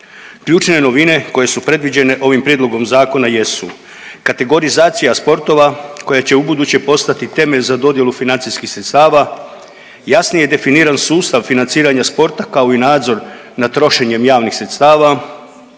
Ključne novine koje su predviđene ovim prijedlog zakona jesu. Kategorizacija sportova koja će ubuduće postati temelj za dodjelu financijskih sredstava, jasnije definiran sustav financiranja sporta kao i nadzor nad trošenjem javnih sredstava,